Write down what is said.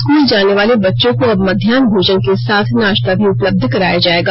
school जाने वाले बच्चों को अब मध्याहन भोजन के साथ नाश्ता भी उपलब्ध कराया जाएगा